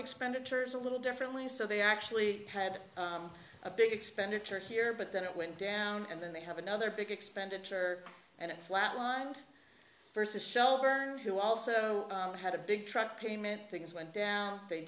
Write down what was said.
expenditures a little differently so they actually had a big expenditure here but then it went down and then they have another big expenditure and flatlined versus shell who also had a big truck payment things went down they